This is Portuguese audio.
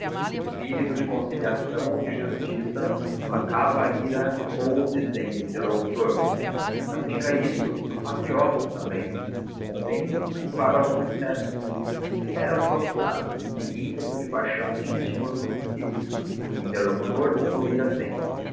espírito de conciliação ou de justiça aplacava a ira ou o desdém do interlocutor não diga isso são patriotas também convém desculpar algum excesso eram só frases sem ímpeto de paixão nem estímulo de princípios e o interlocutor concluía sempre